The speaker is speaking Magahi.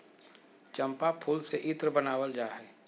चम्पा फूल से इत्र बनावल जा हइ